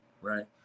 right